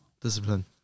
discipline